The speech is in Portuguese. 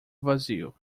vazio